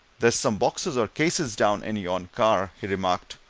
there's some boxes, or cases, down in yon car, he remarked.